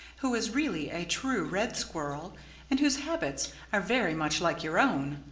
who is really a true red squirrel and whose habits are very much like your own.